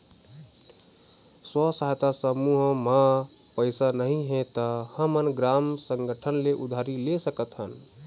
स्व सहायता समूह म पइसा नइ हे त हमन ग्राम संगठन ले उधारी ले सकत हन